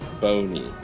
bony